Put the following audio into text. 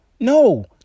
No